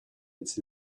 its